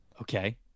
Okay